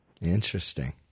Interesting